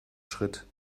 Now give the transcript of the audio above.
schritt